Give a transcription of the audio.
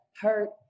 hurt